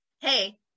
Hey